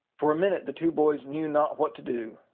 for a minute the two boys knew not what to do.